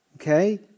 Okay